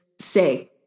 say